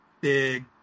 big